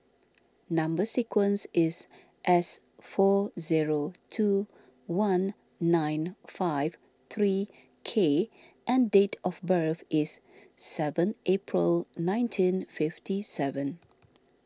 Number Sequence is S four zero two one nine five three K and date of birth is seven April nineteen fifty seven